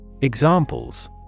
Examples